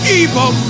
evil